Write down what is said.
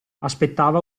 aspettava